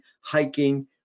hiking